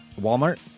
Walmart